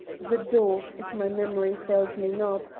the daw, if my memory fails me not,